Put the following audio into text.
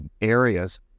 areas